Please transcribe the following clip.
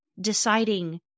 deciding